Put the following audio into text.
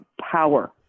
power